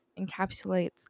encapsulates